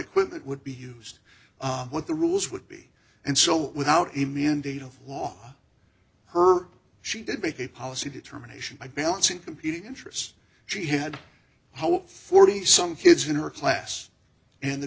equipment would be used what the rules would be and so without a mandate of law her she did make a policy determination by balancing competing interests she had forty some kids in her class and the